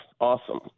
awesome